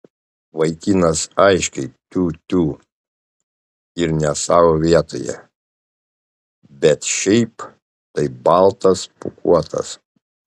vaikinas aiškiai tiū tiū ir ne savo vietoje bet šiaip tai baltas pūkuotas